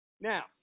Now